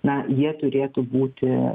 na jie turėtų būti